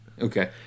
Okay